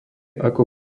ako